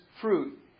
fruit